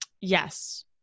Yes